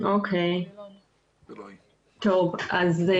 דווקא על זה